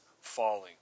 falling